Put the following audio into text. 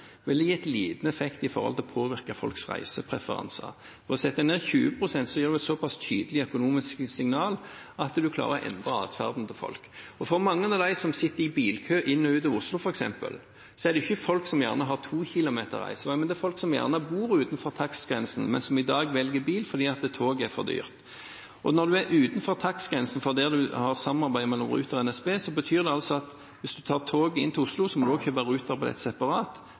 gitt liten effekt for det å påvirke folks reisepreferanser. Setter vi den ned 20 pst., gir man et såpass tydelig økonomisk signal at man klarer å endre adferden til folk. Mange av dem som sitter i bilkø inn og ut av Oslo, f.eks., er jo ikke folk som har to kilometer reisevei; det er folk som bor utenfor takstgrensen, men som i dag velger bil fordi tog er for dyrt. Når man bor utenfor takstgrensen der det er samarbeid mellom Ruter og NSB, og man tar tog inn til Oslo, betyr det at